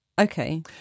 Okay